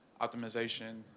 optimization